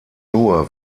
nur